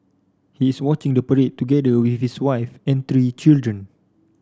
he is watching the parade together with his wife and three children